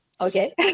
Okay